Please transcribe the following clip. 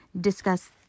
discuss